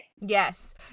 Yes